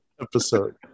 episode